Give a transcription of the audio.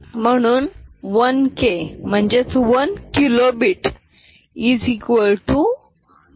म्हणून 1k म्हणजेच 1 kilobit 1024